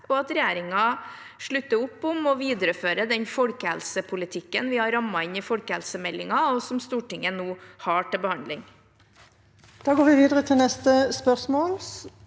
og at regjeringen slutter opp om og viderefører den folkehelsepolitikken vi har rammet inn i folkehelsemeldingen, og som Stortinget nå har til behandling. Sp ø rs må l 9 Fra